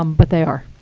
um but they are.